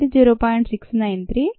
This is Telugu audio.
6